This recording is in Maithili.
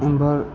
ओमहर